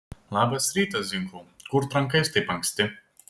labas rytas zinkau kur trankais taip anksti